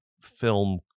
film